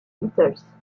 beatles